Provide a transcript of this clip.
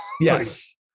yes